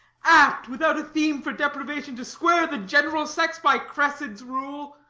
apt, without a theme, for depravation, to square the general sex by cressid's rule.